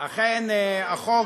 אכן, החוק,